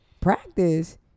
Practice